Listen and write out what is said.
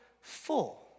full